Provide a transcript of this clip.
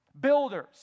builders